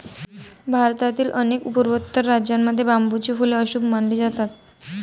भारतातील अनेक पूर्वोत्तर राज्यांमध्ये बांबूची फुले अशुभ मानली जातात